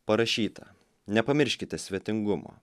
parašyta nepamirškite svetingumo